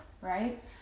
right